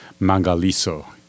Mangaliso